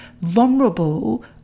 vulnerable